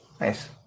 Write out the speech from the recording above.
Nice